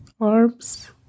arms